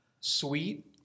Sweet